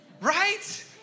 right